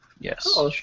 Yes